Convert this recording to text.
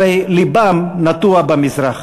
הרי לבם נטוע במזרח.